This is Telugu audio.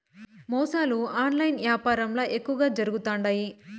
మోసాలు ఆన్లైన్ యాపారంల ఎక్కువగా జరుగుతుండాయి